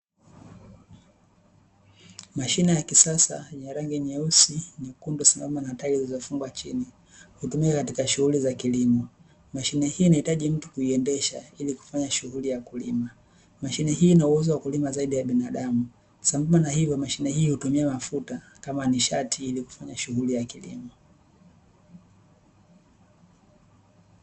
Mashine ya kisasa yenye rangi nyeusi, nyekundu sambamba na tairi zilizofungwa chini, hutumika katika shughuli za kilimo, mashine hii inahitaji mtu kuiendesha ili kufanya shughuli ya kulima, mashine hii ina uwezo wa kulima zaidi ya binadamu sambamba na hilo mashine hii hutumia mafuta kama nishati ili kufanya shughuli ya kilimo.